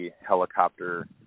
helicopter